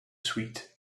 sweet